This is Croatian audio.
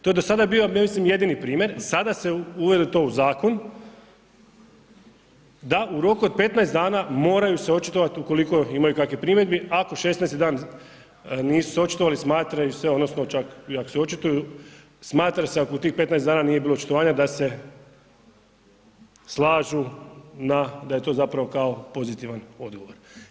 To do sada je bio, ja mislim jedini primjer, sada se uvede to u zakon, da u roku od 15 dana moraju se očitovati ukoliko imaju kakvih primjedbi, ako 16 dan nisu se očitovali, smatraju se, odnosno, čak i ako se očituju, smatra se ako u tih 15 dana nije bilo očitovanja, da se slažu na da je to zapravo kao pozitivan odgovor.